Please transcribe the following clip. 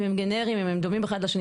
אם הם גנריים, אם הם דומים אחד לשני.